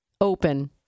open